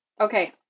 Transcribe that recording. Okay